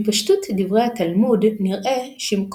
ולמקומות שונים היו מנהגים שונים.